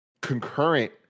concurrent